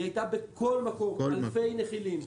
היא הייתה בכל מקום, אלפי נחילים.